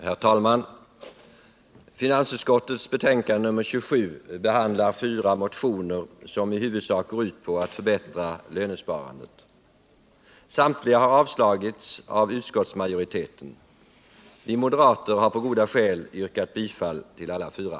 Herr talman! Finansutskottets betänkande nr 27 behandlar fyra motioner som i huvudsak går ut på att förbättra lönsparandet. Samtliga har avstyrkts av utskottsmajoriteten. Vi moderater har goda skäl att yrka bifall till alla fyra.